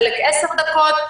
חלק עשר דקות,